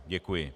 Děkuji.